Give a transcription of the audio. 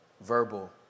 verbal